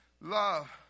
love